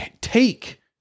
take